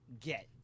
get